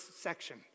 section